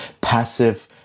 passive